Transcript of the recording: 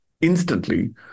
instantly